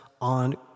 on